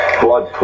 blood